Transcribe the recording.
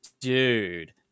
dude